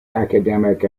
academic